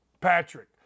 Patrick